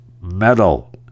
metal